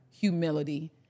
humility